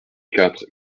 quatre